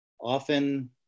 Often